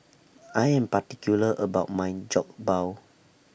I Am particular about My Jokbal